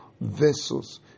vessels